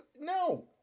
No